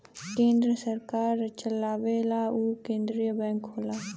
केन्द्र सरकार चलावेला उ केन्द्रिय बैंक होला